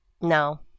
No